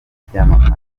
b’ibyamamare